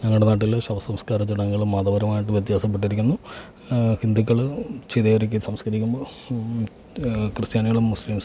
ഞങ്ങളുടെ നാട്ടിൽ ശവസംസ്കാര ചടങ്ങുകൾ മതപരമായിട്ട് വ്യത്യാസപ്പെട്ടിരിക്കുന്നു ഹിന്ദുക്കൾ ചിതയൊരുക്കി സംസ്കരിക്കുന്നു ക്രിസ്ത്യാനികളും മുസ്ലിംസും